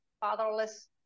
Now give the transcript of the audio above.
fatherless